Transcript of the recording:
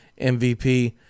MVP